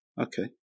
Okay